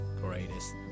greatest